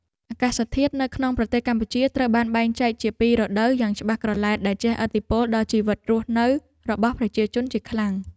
អាកាសធាតុនៅក្នុងប្រទេសកម្ពុជាត្រូវបានបែងចែកជាពីររដូវយ៉ាងច្បាស់ក្រឡែតដែលជះឥទ្ធិពលដល់ជីវិតរស់នៅរបស់ពលរដ្ឋជាខ្លាំង។